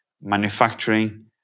manufacturing